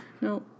No